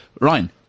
Ryan